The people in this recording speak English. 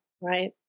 right